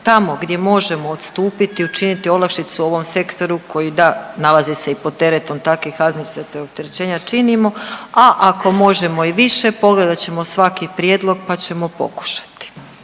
tamo gdje možemo odstupiti i učiniti olakšicu ovom sektoru, koji da nalazi se i pod teretom takvih administrativnih opterećenja, činimo, a ako možemo i više. Pogledat ćemo svaki prijedlog pa ćemo pokušati.